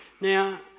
Now